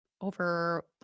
over